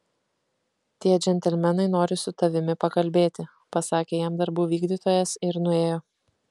tie džentelmenai nori su tavimi pakalbėti pasakė jam darbų vykdytojas ir nuėjo